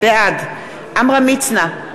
בעד עמרם מצנע,